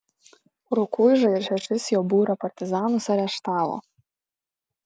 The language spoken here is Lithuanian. rukuižą ir šešis jo būrio partizanus areštavo